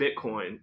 Bitcoin